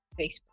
Facebook